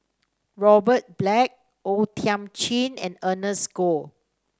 Robert Black O Thiam Chin and Ernest Goh